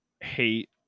hate